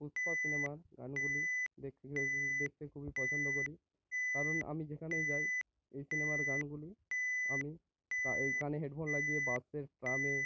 পুষ্পা সিনেমার গানগুলি দেখতে খুবই পছন্দ করি কারণ আমি যেখানেই যাই এই সিনেমার গানগুলি আমি এই কানে হেডফোন লাগিয়ে বাসে ট্রামে